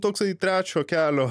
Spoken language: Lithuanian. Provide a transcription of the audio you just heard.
toksai trečio kelio